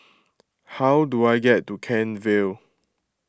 how do I get to Kent Vale